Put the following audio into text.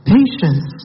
Patience